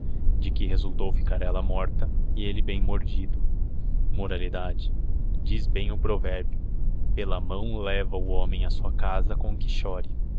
de que resultou ficar ella morta e elle bem mordido moralidade diz bem o provérbio pela mão leva o homem asua casa com que chore